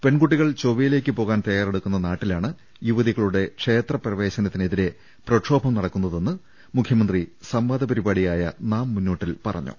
പെൺകൂട്ടികൾ ചൊവ്വയിലേക്ക് പ്പോവാൻ തയാറെടു ക്കുന്ന നാട്ടിലാണ് യുവതികളുടെ ക്ഷേത്ര പ്രവേശനത്തിനെതിരെ പ്രക്ഷോഭം നടക്കുന്നതെന്ന് മുഖ്യമന്ത്രി സംവാദ പരിപാടിയായ നാം മുന്നോട്ടിൽ പറഞ്ഞു